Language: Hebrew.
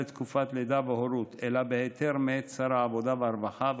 לתקופת לידה והורות אלא בהיתר מאת שר העבודה והרווחה,